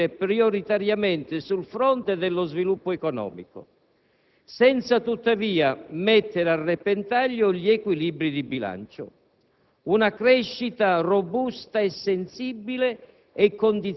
che «Il Governo intende agire prioritariamente sul fronte dello sviluppo economico, senza tuttavia mettere a repentaglio gli equilibri di bilancio.